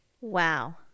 Wow